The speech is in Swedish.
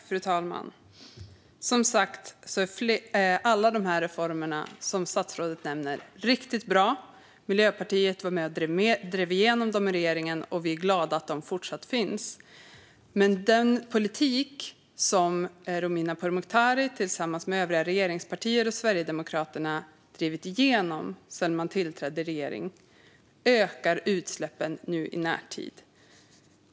Fru talman! Alla de reformer som statsrådet nämner är, som sagt, riktigt bra. Miljöpartiet var med och drev igenom dem i regeringen, och vi är glada att de fortsatt finns. Men med den politik som Romina Pourmokhtari tillsammans med övriga regeringen och Sverigedemokraterna drivit igenom sedan man tillträdde ökar utsläppen i närtid.